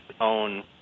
own